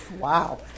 Wow